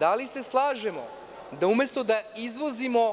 Da li se slažemo da umesto da izvozimo